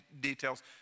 details